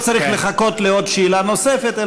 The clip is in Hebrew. לא צריך לחכות לשאילתה נוספת,